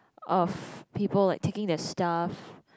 of people like taking their stuff